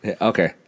Okay